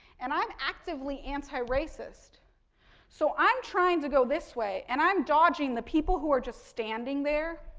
and, i'm actively anti-racists so, i'm trying to go this way and i'm dodging the people who are just standing there.